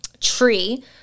tree